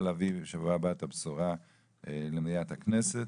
להביא בשבוע הבא את הבשורה למליאת הכנסת,